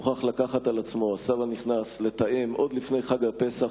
מוכרח לקחת על עצמו לתאם עוד לפני חג הפסח,